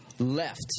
Left